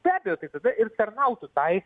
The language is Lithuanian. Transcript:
be abejo tai tada ir tarnautų tai